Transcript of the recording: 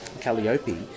Calliope